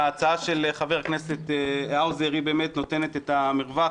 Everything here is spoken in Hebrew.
וההצעה של חבר הכנסת האוזר באמת נותנת את המרווח,